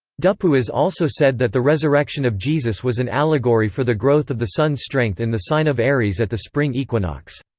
dupuis also said that the resurrection of jesus was an allegory for the growth of the sun's strength in the sign of aries at the spring equinox.